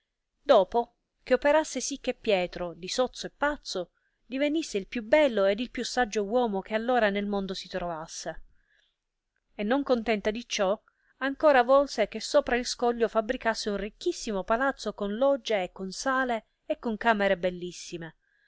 dopo che operasse sì che pietro di sozzo e pazzo divenisse il più bello ed il più saggio uomo che allora nel mondo si trovasse e non contenta di ciò ancora volse che sopra il scoglio fabricasse un ricchissimo palazzo con logge e con sale e con camere bellissime